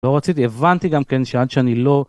לא רציתי, הבנתי גם כן שעד שאני לא...